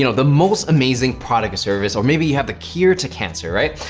you know the most amazing product or service, or maybe you have the cure to cancer, right?